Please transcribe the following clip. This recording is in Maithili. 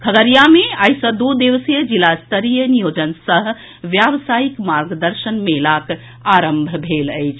खगड़िया मे आइ सॅ दू दिवसीय जिला स्तरीय नियोजन सह व्यावसायिक मार्गदर्शन मेलाक आरंभ भेल अछि